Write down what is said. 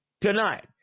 tonight